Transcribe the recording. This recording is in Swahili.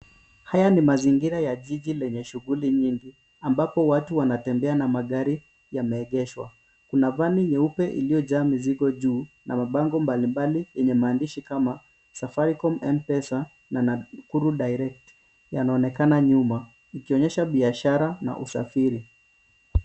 Haya ni mazingira ya jiji lenye shughuli nyingi, ambapo watu wanatembea na magari yameegeshwa. Kuna vani nyeupe iliyojaa mizigo juu, na mabango mbalimbali yenye maandishi kama Safaricom, M-Pesa na Nakuru Direct yanaonekana nyuma, ikionyesha biashara na usafiri.